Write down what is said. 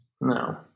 No